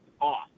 off